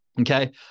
okay